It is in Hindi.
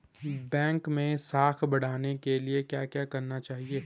बैंक मैं साख बढ़ाने के लिए क्या क्या करना चाहिए?